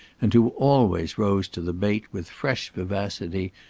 and who always rose to the bait with fresh vivacity,